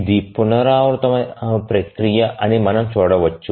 ఇది పునరావృత ప్రక్రియ అని మనం చూడవచ్చు